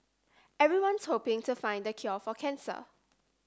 everyone's hoping to find the cure for cancer